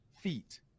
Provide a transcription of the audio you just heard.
feet